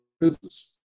business